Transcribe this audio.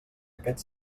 aquest